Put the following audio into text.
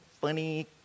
funny